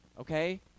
Okay